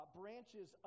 branches